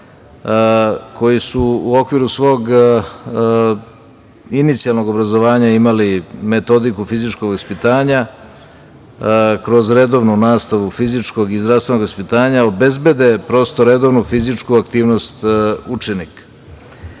koji su u okviru svog inicijalnog obrazovanja imali metodiku fizičkog vaspitanja, kroz redovnu nastavu fizičkog i zdravstvenog vaspitanja obezbede prosto redovnu fizičku aktivnost učenika. Takođe